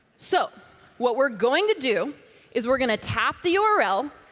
so what we're going to do is we're going to tap the url,